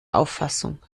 auffassung